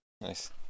nice